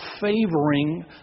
favoring